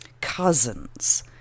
cousins